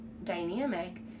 Dynamic